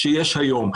שיש היום.